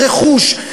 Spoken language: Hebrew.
ורכוש,